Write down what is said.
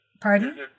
Pardon